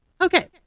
Okay